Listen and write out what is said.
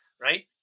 right